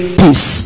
peace